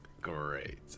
great